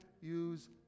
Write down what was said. use